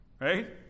Right